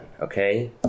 okay